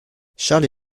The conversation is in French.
charles